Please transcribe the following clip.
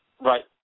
Right